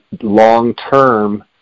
long-term